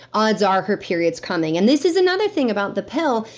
odds are her period's coming. and this is another thing about the pill,